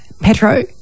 Petro